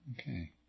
Okay